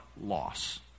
loss